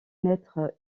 naître